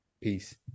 Peace